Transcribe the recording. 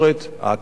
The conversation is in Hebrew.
האקדמיה,